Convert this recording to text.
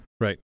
right